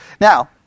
Now